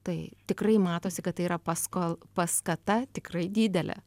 tai tikrai matosi kad tai yra pasko paskata tikrai didelė